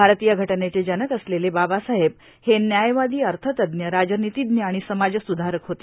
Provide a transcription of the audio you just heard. भारतीय घटनेचे जनक असलेले बाबासाहेब हे न्यायवादी अर्थतज्ञ राजनीतिज्ञ आणि समाजस्धारक होते